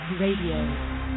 Radio